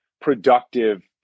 productive